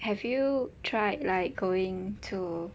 have you tried like going to